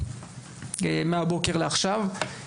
מהבוקר לעכשיו.